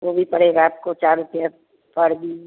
वो भी पड़ेगा आपको चार रुपया पर बीज